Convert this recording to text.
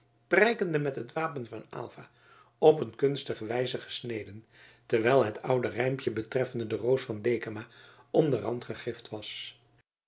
prijkende met het wapen van aylva op een kunstige wijze gesneden terwijl het oude rijmpje betreffende de roos van dekama om den rand gegrift was